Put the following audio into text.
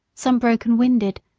some broken-winded,